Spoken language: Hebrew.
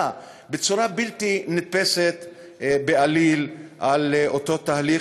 בצורה בלתי נתפסת בעליל על אותו תהליך,